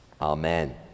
Amen